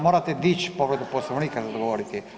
Morate dići povredu Poslovnika i odgovoriti.